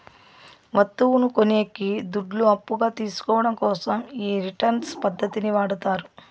వత్తువును కొనేకి దుడ్లు అప్పుగా తీసుకోవడం కోసం ఈ రిటర్న్స్ పద్ధతిని వాడతారు